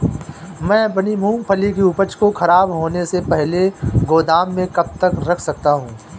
मैं अपनी मूँगफली की उपज को ख़राब होने से पहले गोदाम में कब तक रख सकता हूँ?